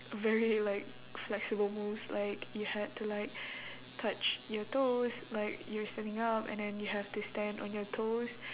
very like flexible moves like you had to like touch your toes like you're standing up and then you have to stand on your toes